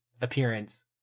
appearance –